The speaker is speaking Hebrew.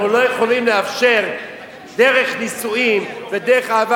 אנחנו לא יכולים לאפשר דרך נישואים ודרך אהבה,